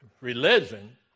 religion